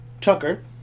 Tucker